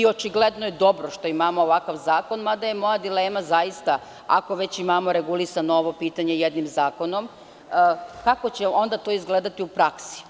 Očigledno je dobro što imamo ovakav zakon, mada je moja dilema, ako već imamo regulisao ovo pitanje i jednim zakonom, kako će onda to izgledati u praksi?